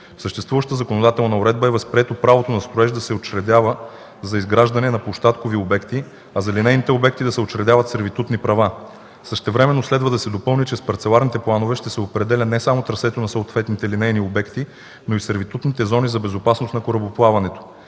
съществуващата законодателна уредба е възприето правото на строеж да се учредява за изграждане на площадкови обекти, а за линейните обекти да се учредяват сервитутни права. Същевременно следва да се допълни, че с парцеларните планове ще се определя не само трасето на съответните линейни обекти, но и сервитутните зони за безопасност на корабоплаването.